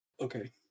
Okay